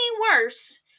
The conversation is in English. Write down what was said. worse